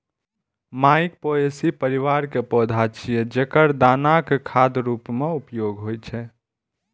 मकइ पोएसी परिवार के पौधा छियै, जेकर दानाक खाद्य रूप मे उपयोग होइ छै